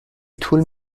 طول